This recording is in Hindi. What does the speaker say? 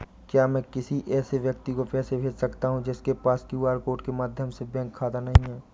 क्या मैं किसी ऐसे व्यक्ति को पैसे भेज सकता हूँ जिसके पास क्यू.आर कोड के माध्यम से बैंक खाता नहीं है?